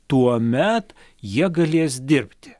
tuomet jie galės dirbti